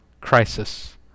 crisis